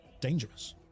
dangerous